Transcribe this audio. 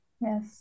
Yes